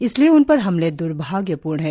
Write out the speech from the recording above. इसलिए उनपर हमले द्भाग्यपूर्ण हैं